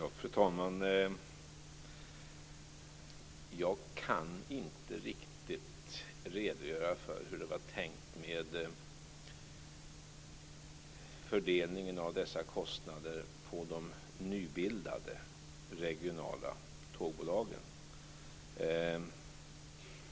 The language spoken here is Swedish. Fru talman! Jag kan inte riktigt redogöra för hur det var tänkt med fördelningen av dessa kostnader på de nybildade regionala tågbolagen.